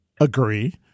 agree